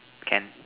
can